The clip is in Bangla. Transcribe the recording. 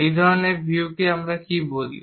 এই ধরনের ভিউকে আমরা কি বলি